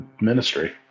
Ministry